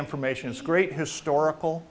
information is great historical